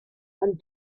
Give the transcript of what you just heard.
and